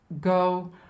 go